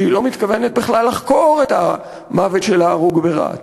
שהיא לא מתכוונת בכלל לחקור את המוות של ההרוג ברהט,